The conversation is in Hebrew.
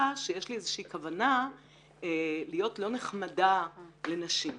שיש לי איזושהי כוונה להיות לא נחמדה לנשים.